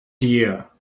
dear